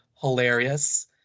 hilarious